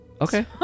Okay